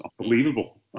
unbelievable